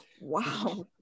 Wow